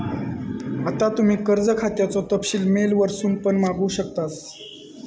आता तुम्ही कर्ज खात्याचो तपशील मेल वरसून पण मागवू शकतास